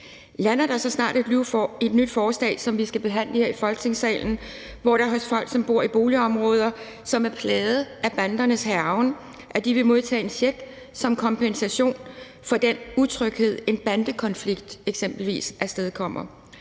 Lander der så snart et nyt forslag, som vi skal behandle her i Folketingssalen, om, at folk, som bor i boligområder, som er plaget af bandernes hærgen, vil modtage en check som kompensation for den utryghed, en bandekonflikt eksempelvis afstedkommer,